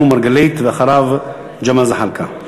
מרגלית, ואחריו, ג'מאל זחאלקה.